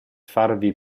farvi